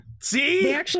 See